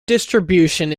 distribution